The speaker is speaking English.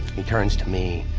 he turns to me